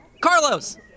Carlos